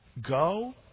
Go